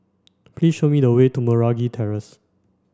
please show me the way to Meragi Terrace